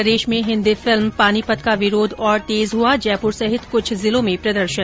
प्रदेश में हिन्दी फिल्म पानीपत का विरोध और तेज हुआ जयपुर सहित कुछ जिलों में प्रदर्शन